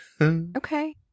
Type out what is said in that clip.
Okay